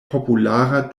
populara